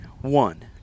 one